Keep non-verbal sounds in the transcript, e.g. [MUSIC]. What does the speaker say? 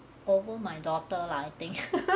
over my daughter lah I think [LAUGHS]